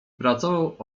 pracował